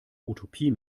utopie